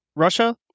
Russia